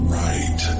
right